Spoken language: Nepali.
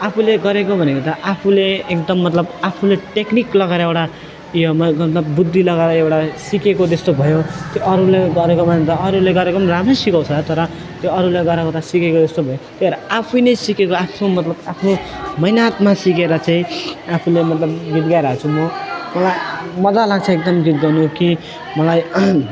आफूले गरेको भनेको त आफूले एकदम मतलब आफूले टेक्निक लगाएर एउटा उयो म मतलब बुद्धि लगाएर एउटा सिकेको जस्तो भयो त्यो अरूले गरेको भन्दा अरूले गरेको राम्रै सिकाउँछ तर त्यो अरूले गराएको त सिकेको जस्तो भयो त्यही भएर आफै नै सिकेको आफ्नो मतलब आफ्नो मिहिनेतमा सिकेर चाहिँ आफूले मतलब गीत गाएर हाल्छु मलाई मजा लाग्छ एकदम गीत गाउनु कि मलाई